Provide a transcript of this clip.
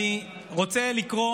אני רוצה לקרוא